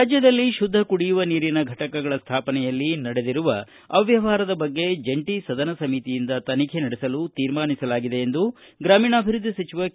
ರಾಜ್ಯದಲ್ಲಿ ಶುದ್ಧ ಕುಡಿಯುವ ನೀರಿನ ಫಟಕಗಳ ಸ್ಥಾಪನೆಯಲ್ಲಿ ನಡೆದಿರುವ ಅವ್ಯವಹಾರದ ಬಗ್ಗೆ ಜಂಟಿ ಸದನ ಸಮಿತಿಯಿಂದ ತನಿಖೆ ನಡೆಸಲು ತೀರ್ಮಾನಿಸಲಾಗಿದೆ ಎಂದು ಗ್ರಾಮೀಣಾಭಿವೃದ್ಧಿ ಸಚಿವ ಕೆ